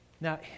Now